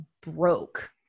broke